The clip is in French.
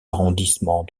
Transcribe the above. arrondissements